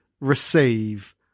receive